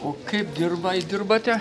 o kaip dirvą įdirbate